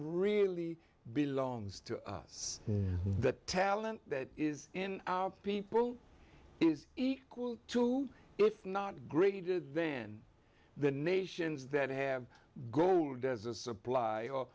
really belongs to us the talent that is in our people is equal to if not greater than the nations that have gold as a supply of